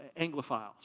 Anglophiles